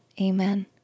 Amen